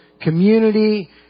community